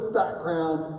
background